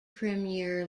premier